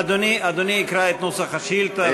אדוני יקרא את נוסח השאילתה,